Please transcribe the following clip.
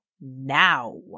now